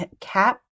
cap